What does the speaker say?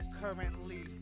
currently